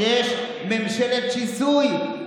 שיש ממשלת שיסוי.